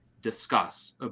discuss